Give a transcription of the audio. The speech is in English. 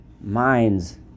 minds